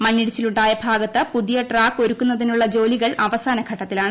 മണ്ണിടിച്ചിലുണ്ടായ ഭാഗത്ത് പുതിയ ട്രാക്ക് ഒരുക്കുന്നതിനുള്ള ജോലികൾ അവസാനഘട്ടത്തിലാണ്